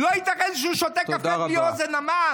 לא לשים, לא ייתכן שהוא שותה קפה בלי אוזני המן.